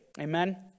Amen